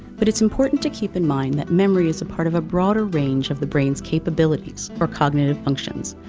but it's important to keep in mind that memory is part of a broader range of the brain's capabilities or cognitive functions,